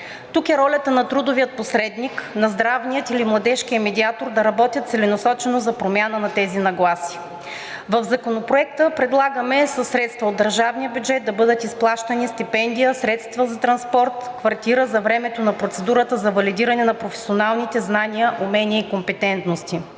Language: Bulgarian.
Тук е ролята на трудовия посредник, на здравния или младежкия медиатор да работят целенасочено за промяна на тези нагласи. В Законопроекта предлагаме със средства от държавния бюджет да бъдат изплащани стипендия, средства за транспорт, квартира за времето на процедурата за валидиране на професионалните знания, умения и компетентности.